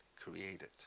created